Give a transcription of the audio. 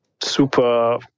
super